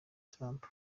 trump